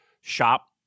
shop